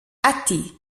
ati